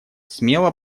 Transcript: смело